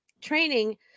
training